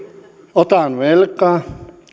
otan velkaa